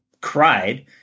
Cried